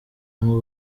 ngo